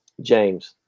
James